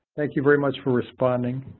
thank you very much for responding.